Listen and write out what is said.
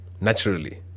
naturally